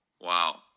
Wow